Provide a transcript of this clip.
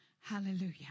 Hallelujah